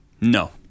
No